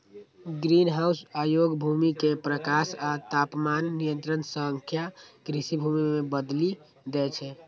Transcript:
greenhouse अयोग्य भूमि कें प्रकाश आ तापमान नियंत्रण सं कृषि भूमि मे बदलि दै छै